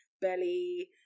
belly